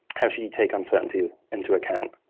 how should you take uncertainty into account?